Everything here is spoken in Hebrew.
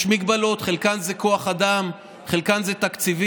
יש מגבלות, חלקם זה כוח אדם, חלקם זה תקציבים,